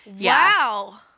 Wow